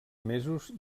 mesos